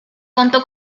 contó